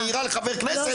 את מעירה לחבר כנסת?